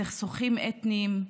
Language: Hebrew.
סכסוכים אתניים,